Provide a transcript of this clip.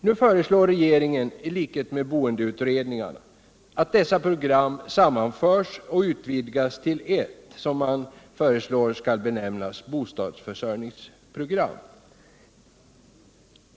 Nu föreslår regeringen i likhet med boendeutredningarna att dessa program sammanförs och utvidgas till ett, som man föreslår skall benämnas bostadsförsörjningsprogram.